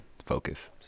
Focus